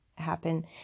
happen